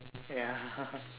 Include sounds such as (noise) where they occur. ya ah (laughs)